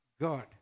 God